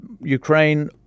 Ukraine